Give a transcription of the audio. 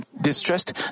distressed